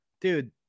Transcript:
dude